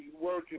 working